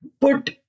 put